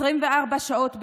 24 שעות ביממה.